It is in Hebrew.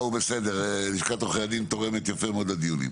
הוא בסדר, לשכת עורכי הדין תורמת רבות לדיונים.